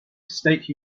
state